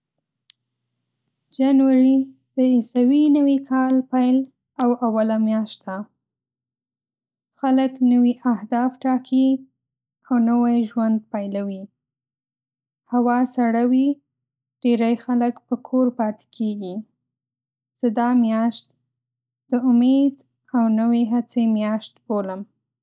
جنوري د عیسوي نوي کال پیل او اوله میاشت ده. خلک نوي اهداف ټاکي او نوی ژوند پیلوي. هوا سړه وي، ډېری خلک په کور پاتې کېږي. زه دا میاشت د امید او نوې هڅې میاشت بولم.